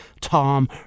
Tom